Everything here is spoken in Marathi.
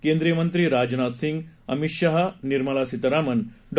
केंद्रीय मंत्री राजनाथ सिंग अमित शहा निर्मला सीतारामन डॉ